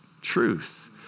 truth